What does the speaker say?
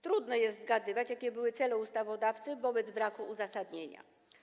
Trudno jest zgadywać, jakie były cele ustawodawcy, wobec braku uzasadnienia.